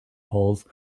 polls